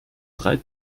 drei